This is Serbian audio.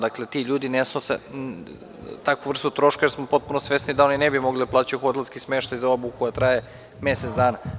Dakle, ti ljudi ne snose takvu vrstu troška jer smo potpuno svesni da oni ne bi mogli da plaćaju hotelski smeštaj za obuku koja traje mesec dana.